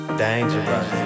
dangerous